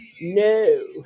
No